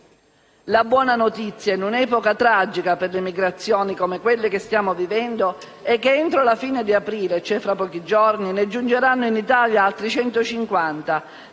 La buona notizia, in un'epoca tragica per le migrazioni come quella che stiamo vivendo, è che entro la fine di aprile, cioè tra pochi giorni, ne giungeranno in Italia altri 150